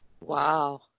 Wow